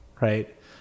Right